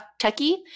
Tucky